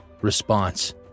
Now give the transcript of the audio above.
Response